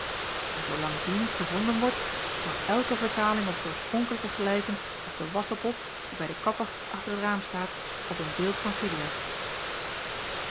maar zoolang die niet gevonden wordt zal elke vertaling op t oorspronkelijke gelijken als de wassen pop die bij den kapper achter t raam staat op een beeld van